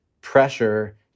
pressure